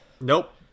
Nope